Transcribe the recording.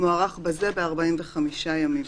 מוארך בזה ב-45 ימים.